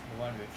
the one with